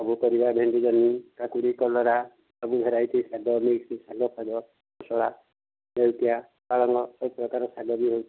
ସବୁ ପରିବା ଭେଣ୍ଡି ଜହ୍ନି କାକୁଡ଼ି କଲରା ସବୁ ଭେରାଇଟି ଶାଗ ମିକ୍ସ ଶାଗ ଫାଗ କୋଶଳା ନେଉଟିଆ ପାଳଙ୍ଗ ସବୁପ୍ରକାର ଶାଗ ବି ହେଉଛି